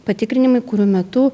patikrinimai kurių metu